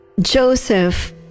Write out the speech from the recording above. Joseph